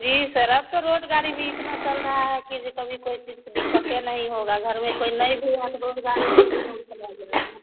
जी sir अब तो रोजगारी भी इतना चल रहा है कि जे कभी कोई चीज का दिक्कते नहीं होगा घर में कोई नहीं भी हुआ तो रोजगारी